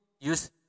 use